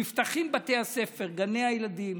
נפתחים בתי הספר, גני הילדים,